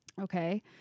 okay